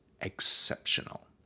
exceptional